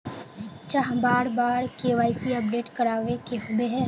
चाँह बार बार के.वाई.सी अपडेट करावे के होबे है?